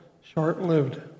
short-lived